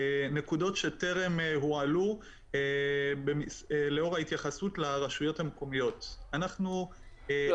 נקודות שטרם הועלו לאור ההתייחסות לרשויות המקומיות -- לא